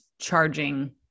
charging